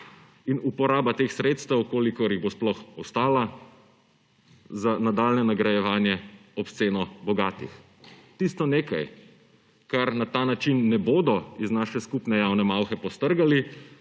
in uporaba teh sredstev, kolikor jih bo sploh ostalo, za nadaljnjo nagrajevanje obsceno bogatih. Tisto nekaj, kar na ta način ne bodo iz naše skupne javne malhe postrgali,